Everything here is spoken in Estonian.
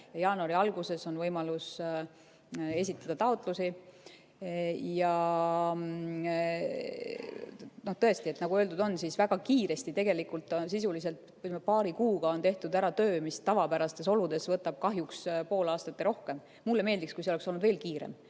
jaanuari alguses on võimalus esitada taotlusi. Tõesti, nagu öeldud on, väga kiiresti, sisuliselt paari kuuga on tehtud ära töö, mis tavapärastes oludes võtab kahjuks pool aastat ja rohkem. Mulle meeldiks, kui see oleks olnud veel kiirem.